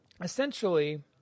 essentially